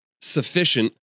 sufficient